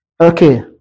Okay